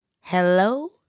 Hello